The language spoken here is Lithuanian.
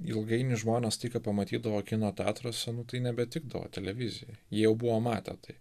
ilgainiui žmonės tai ką pamatydavo kino teatruose nu tai nebetikdavo televizijai jie jau buvo matę tai